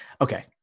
okay